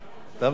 אתה מציג את זה?